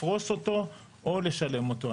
לפרוס אותו או לשלם אותו.